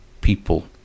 people